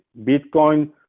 Bitcoin